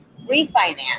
refinance